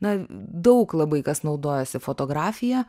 na daug labai kas naudojasi fotografija